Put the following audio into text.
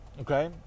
Okay